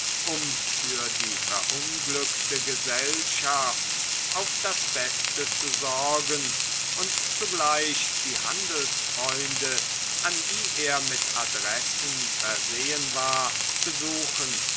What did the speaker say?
um für die verunglückte gesellschaft auf das beste zu sorgen und zugleich die handelsfreunde an die er mit adressen versehen war besuchen